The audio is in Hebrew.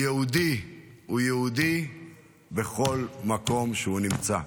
יהודי הוא יהודי בכל מקום שהוא נמצא בו.